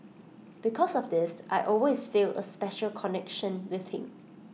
because of this I always feel A special connection with him